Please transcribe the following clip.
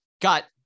got